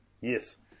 Yes